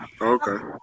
Okay